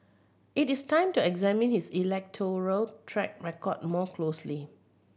it is time to examine his electoral track record more closely